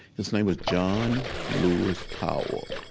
his name was john lewis powell,